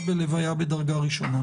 בהלוויה של קרוב משפחה מדרגה ראשונה.